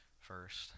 first